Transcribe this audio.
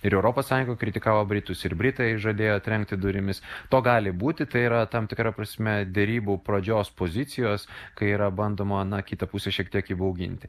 ir europos sąjunga kritikavo britus ir britai žadėjo trenkti durimis to gali būti tai yra tam tikra prasme derybų pradžios pozicijos kai yra bandoma na kitą pusę šiek tiek įbauginti